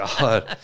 God